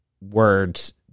words